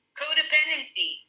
codependency